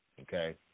okay